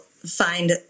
Find